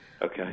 Okay